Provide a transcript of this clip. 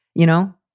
you know.